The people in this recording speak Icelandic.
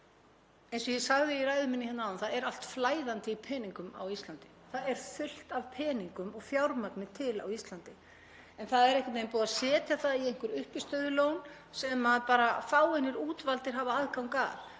Eins og ég sagði í ræðu minni hérna áðan er allt flæðandi í peningum á Íslandi. Það er fullt af peningum og fjármagni til á Íslandi en það er einhvern veginn búið að setja það í einhver uppistöðulón sem bara fáeinir útvaldir hafa aðgang að.